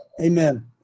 Amen